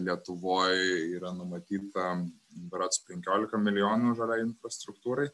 lietuvoj yra numatyti tam berods penkiolika milijonų žaliai infrastruktūrai